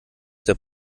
der